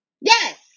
Yes